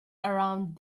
around